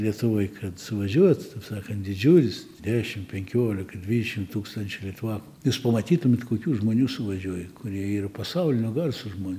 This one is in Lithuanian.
lietuvoj kad suvažiuotų taip sakant didžiulis dešim penkiolika dvidešim tūkstančiū litva jūs pamatytumėt kokių žmonių suvažiuoja kurie yra pasaulinio garso žmon